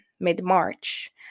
mid-March